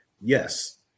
Yes